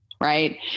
Right